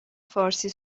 فارسی